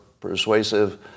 persuasive